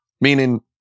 meaning